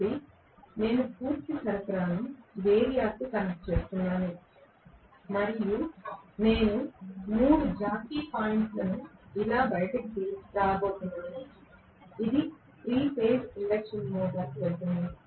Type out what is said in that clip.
కాబట్టి నేను పూర్తి సరఫరాను వేరియాక్కు కనెక్ట్ చేస్తున్నాను మరియు నేను 3 జాకీ పాయింట్లను ఇలా బయటకు రాబోతున్నాను ఇది 3 ఫేజ్ ఇండక్షన్ మోటారుకు వెళ్తుంది